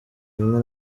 bimwe